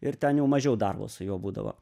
ir ten jau mažiau darbo su juo būdavo